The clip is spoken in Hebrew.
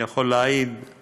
אני יכול להעיד על